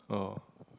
oh